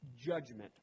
judgment